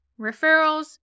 referrals